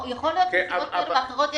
יכול להיות סיבות כאלה ואחרות,